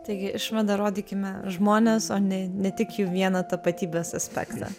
taigi išvada rodykime žmones o ne ne tik jų vieną tapatybės aspektą